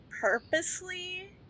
purposely